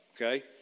Okay